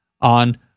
on